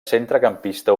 centrecampista